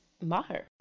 Maher